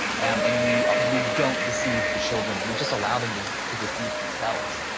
um and we we don't deceive the children, we just allow them to to deceive themselves.